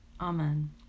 Amen